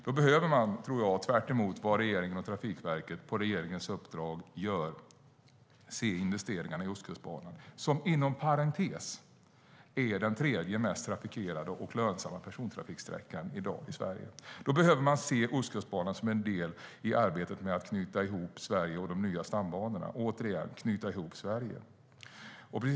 Då behöver man se, tvärtemot vad regeringen och Trafikverket på regeringens uppdrag gör, investeringarna i Ostkustbanan - som inom parentes sagt är den tredje mest trafikerade och lönsamma persontrafiksträckan i dag - som en del i arbetet med att knyta ihop de nya stambanorna och, återigen, att knyta ihop Sverige.